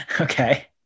Okay